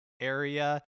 area